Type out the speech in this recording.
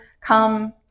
come